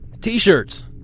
T-shirts